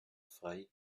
frei